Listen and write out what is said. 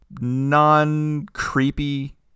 non-creepy